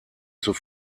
zur